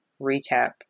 recap